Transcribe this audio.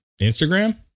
Instagram